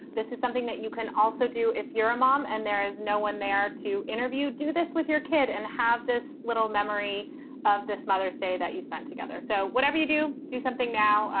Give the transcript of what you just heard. this is something that you can also do if you're a mom and there is no one there to interview. do this with your kid and have this little memory of this mother say that you spent together. so whatever you do, do something now.